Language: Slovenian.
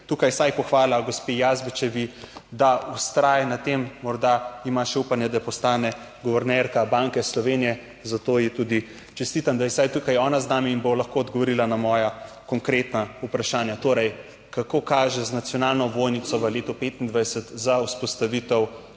tukaj vsaj pohvala gospe Jazbečevi, da vztraja na tem, morda ima še upanje, da postane guvernerka Banke Slovenije, zato ji tudi čestitam, da je vsaj tukaj ona z nami in bo lahko odgovorila na moja konkretna vprašanja. Torej, kako kaže z nacionalno ovojnico v letu 2025 za vzpostavitev